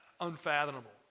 unfathomable